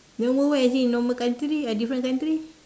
normal world as in normal country a different country